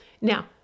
Now